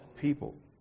people